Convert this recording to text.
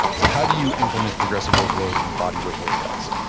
so how do you implement progressive overload in bodyweight workouts?